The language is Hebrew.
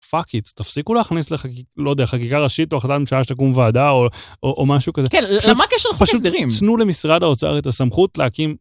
פאק איט, תפסיקו להכניס לחקיקה ראשית או החלטה לממשלה שתקום ועדה או משהו כזה. כן, מה הקשר לחוק הסדרים? פשוט תנו למשרד האוצר את הסמכות להקים.